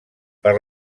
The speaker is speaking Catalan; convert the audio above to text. per